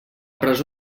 presó